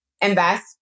invest